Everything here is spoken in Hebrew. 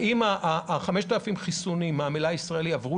האם 5,000 החיסונים מהמלאי הישראלי עברו